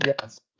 Yes